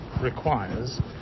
requires